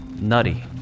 nutty